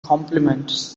compliments